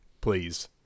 please